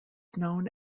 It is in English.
known